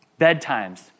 Bedtimes